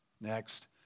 next